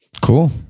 Cool